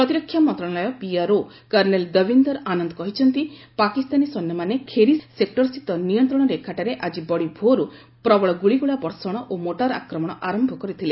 ପ୍ରତିରକ୍ଷା ମନ୍ତ୍ରଣାଳୟ PRO colonel Davinder Anand କହିଛନ୍ତି ପାକିସ୍ତାନୀ ସୈନ୍ୟମାନେ ଖେରୀ ସେକ୍ଟରସ୍ଥିତ ନିୟନ୍ତ୍ରଣ ରେଖାଠାରେ ଆଜି ବଡ଼ିଭୋରୁ ପ୍ରବଳ ଗୁଳିଗୋଳା ବର୍ଷଣ ଓ ମୋର୍ଟାର ଆକ୍ରମଣ ଆରମ୍ଭ କରିଥିଲେ